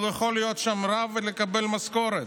אבל הוא יכול להיות שם רב ולקבל משכורת.